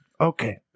Okay